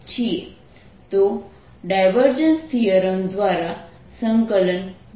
Vxyzx2ixyzjy2zk તો divergence theorem દ્વારા V